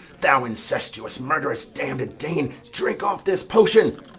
thou incestuous, murderous, damned dane, drink off this potion